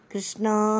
Krishna